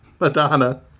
Madonna